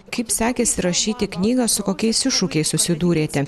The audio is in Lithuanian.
kaip sekėsi rašyti knygą su kokiais iššūkiais susidūrėte